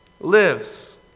lives